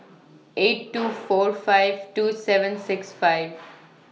eight two four five two seven six five